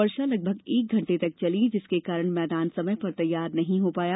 वर्षा लगभग एक घंटे तक चली जिसके कारण मैदान समय पर तैयार नहीं हो पाया